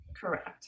Correct